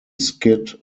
skid